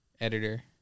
editor